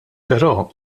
però